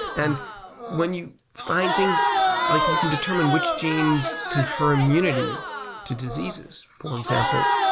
and when you find things like you can determine which genes confirm munity to diseases. for example,